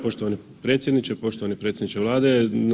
Poštovani predsjedniče, poštovani predsjedniče Vlade.